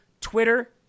Twitter